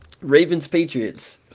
Ravens-Patriots